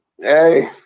Hey